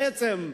בעצם,